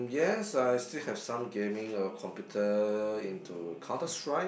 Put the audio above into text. yes I still have some gaming computer into Counterstrike